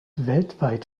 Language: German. weltweit